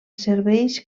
serveix